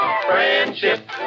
friendship